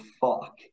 fuck